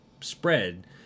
spread